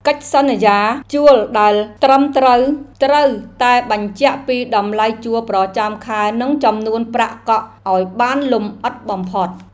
កិច្ចសន្យាជួលដែលត្រឹមត្រូវ ត្រូវតែបញ្ជាក់ពីតម្លៃជួលប្រចាំខែនិងចំនួនប្រាក់កក់ឱ្យបានលម្អិតបំផុត។